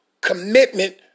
commitment